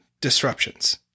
disruptions